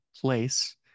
place